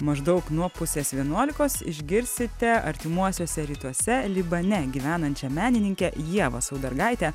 maždaug nuo pusės vienuolikos išgirsite artimuosiuose rytuose libane gyvenančią menininkę ievą saudargaitę